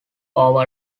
over